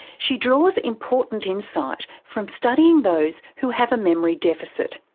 she draws important insight from studying those who have a memory deficit.